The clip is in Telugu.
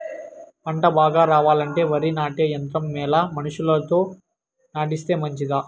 పంట బాగా రావాలంటే వరి నాటే యంత్రం మేలా మనుషులతో నాటిస్తే మంచిదా?